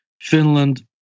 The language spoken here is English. Finland